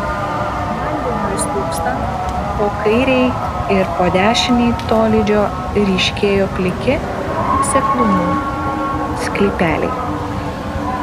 vandeniui slūgstant po kairei ir po dešinei tolydžio ryškėjo pliki seklumų sklypeliai